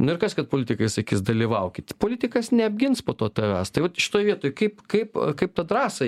nu ir kas kad politikai sakys dalyvaukit politikas neapgins po to tavęs tai vat šitoj vietoj kaip kaip a kaip tą drąsą